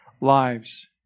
lives